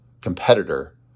competitor